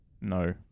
no